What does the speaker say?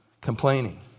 complaining